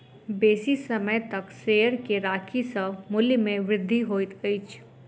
बेसी समय तक शेयर के राखै सॅ मूल्य में वृद्धि होइत अछि